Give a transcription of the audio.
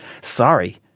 Sorry